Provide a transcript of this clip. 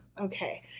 Okay